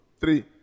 three